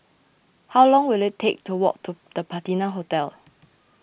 how long will it take to walk to the Patina Hotel